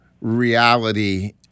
reality